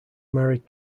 married